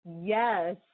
Yes